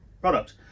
product